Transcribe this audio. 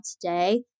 today